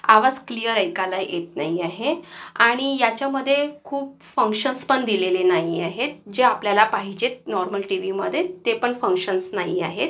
आवाज क्लिअर ऐकायला येत नाही आहे आणि याच्यामध्ये खूप फंक्शन्सपण दिलेले नाही आहेत जे आपल्याला पाहिजेत नॉर्मल टीवीमध्ये ते पण फंक्शन्स नाहीआहेत